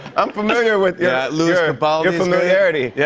i'm familiar with yeah like your but your familiarity. yeah